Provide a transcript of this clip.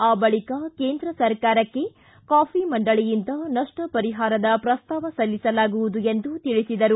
ಆ ಬಳಿಕ ಕೇಂದ್ರ ಸರ್ಕಾರಕ್ಕೆ ಕಾಫಿ ಮಂಡಳಿಯಿಂದ ನಷ್ಟ ಪರಿಹಾರದ ಪ್ರಸ್ತಾವನೆ ಸಲ್ಲಿಸಲಾಗುವುದು ಎಂದು ತಿಳಿಸಿದರು